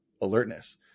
alertness